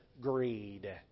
greed